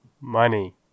money